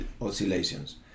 oscillations